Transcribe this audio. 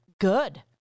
good